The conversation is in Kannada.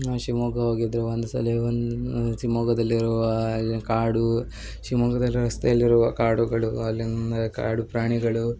ಶಿವಮೊಗ್ಗ ಹೋಗಿದ್ವಿ ಒಂದ್ಸಲಿ ಒಂದು ಶಿವಮೊಗ್ಗದಲ್ಲಿರುವ ಅಲ್ಲಿ ಕಾಡು ಶಿವಮೊಗ್ಗದ ರಸ್ತೆಯಲ್ಲಿರುವ ಕಾಡುಗಳು ಅಲ್ಲಿನ ಕಾಡು ಪ್ರಾಣಿಗಳು